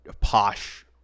posh